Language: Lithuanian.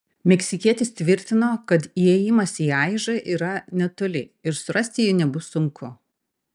meksikietis tvirtino kad įėjimas į aižą yra netoli ir surasti jį nebus sunku